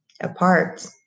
apart